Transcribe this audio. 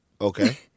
Okay